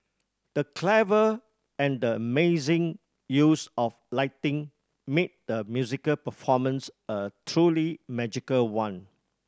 the clever and amazing use of lighting made the musical performance a truly magical one